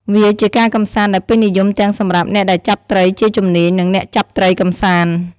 វាជាការកម្សាន្តដែលពេញនិយមទាំងសម្រាប់អ្នកដែលចាប់ត្រីជាជំនាញ និងអ្នកចាប់ត្រីកម្សាន្ត។